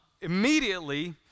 immediately